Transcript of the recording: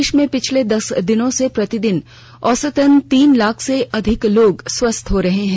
देश में पिछले दस दिनों से प्रतिदिन औसतन तीन लाख से अधिक लोग स्वस्थ हो रहे हैं